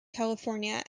california